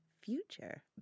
future